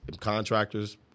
contractors